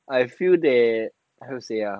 I feel that how to say ah